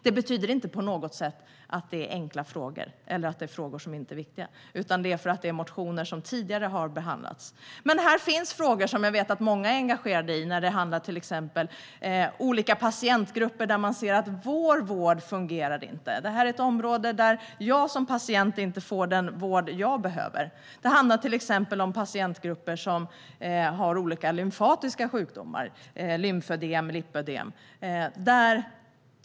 Det betyder inte på något sätt att det rör sig om enkla frågor eller frågor som inte är viktiga, utan det beror på att det är motioner som tidigare har behandlats. Här finns frågor som jag vet att många är engagerade i, exempelvis vad gäller olika patientgrupper där man ser att vården inte fungerar och att patienterna inte får den vård som de behöver. Det handlar till exempel om patientgrupper som har olika lymfatiska sjukdomar, som lymfödem eller lipödem.